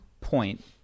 point